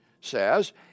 says